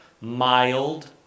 mild